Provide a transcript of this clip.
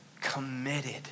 committed